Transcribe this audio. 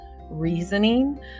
reasoning